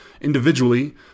Individually